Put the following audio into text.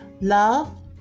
Love